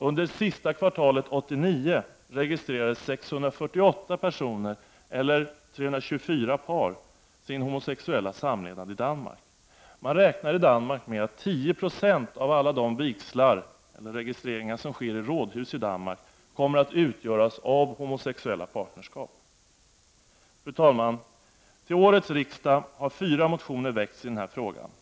Under sista kvartalet 1989 registrerade 648 personer, eller 324 par, sin homosexuella samlevnad i Danmark. Man räknar i Danmark med att 10 96 av alla de registreringar som sker i rådhus kommer att utgöras av homosexuella partnerskap. Fru talman! Till årets riksdag har fyra motioner väckts i denna fråga.